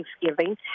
Thanksgiving